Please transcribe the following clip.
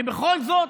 ובכל זאת